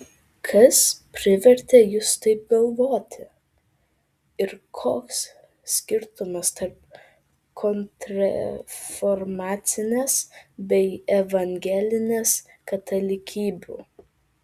kas privertė jus taip galvoti ir koks skirtumas tarp kontrreformacinės bei evangelinės katalikybių